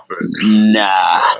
Nah